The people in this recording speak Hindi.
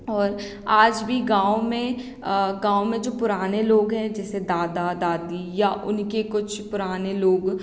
और आज भी गाँव में गाँव में जो पुराने लोग हैं जैसे दादा दादी या उनके कुछ पुराने लोग